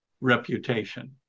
reputation